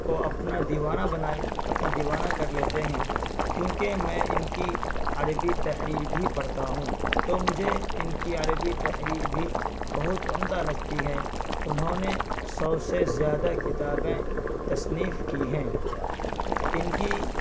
کو اپنا دیوانہ بنا اپنا دیوانہ کر لیتے ہیں کیونکہ میں ان کی عربی تحریر بھی پڑھتا ہوں تو مجھے ان کی عربی تحریر بھی بہت عمدہ لگتی ہے انہوں نے سو سے زیادہ کتابیں تصنیف کی ہیں ان کی